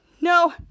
no